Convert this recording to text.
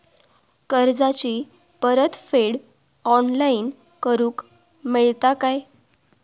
कर्जाची परत फेड ऑनलाइन करूक मेलता काय?